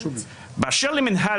באשר למנהל,